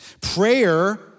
Prayer